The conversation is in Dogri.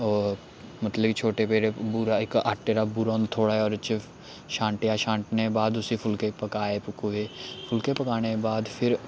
ओह् मतलब कि छोटे पेड़े बूरा इक आटे दा बूरा होंदा थोह्ड़ा जेहा ओह्दे च छांटेआ छांटने दे बाद उसी फुल्के पकाए पकुए फुल्के पकाने दे बाद फिर